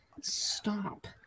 Stop